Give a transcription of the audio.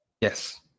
Yes